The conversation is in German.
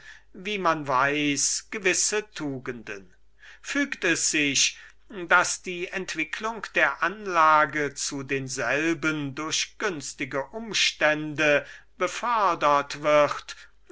wie man weiß gewisse tugenden und wenn es sich noch fügt daß die entwicklung dieser anlage zu demselben durch günstige umstände befördert wird